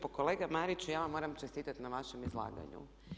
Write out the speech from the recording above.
Pa kolega Mariću, ja vam moram čestitati na vašem izlaganju.